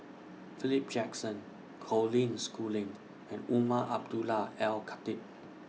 Philip Jackson Colin Schooling and Umar Abdullah Al Khatib